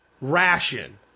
ration